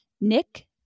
Nick